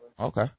Okay